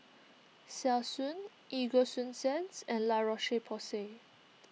Selsun EgoSunsense and La Roche Porsay